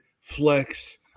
flex